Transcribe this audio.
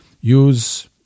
use